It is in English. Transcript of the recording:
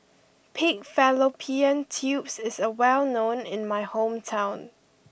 Pig Fallopian Tubes is well known in my hometown